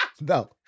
no